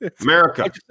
America